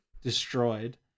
destroyed